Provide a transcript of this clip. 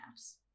apps